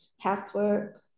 housework